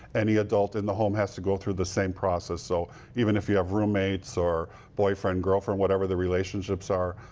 any adult in the home has to go through the same process. so even if you have roommates or boyfriend, girlfriend, whatever the relationships is,